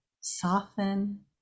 soften